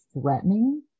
threatening